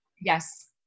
Yes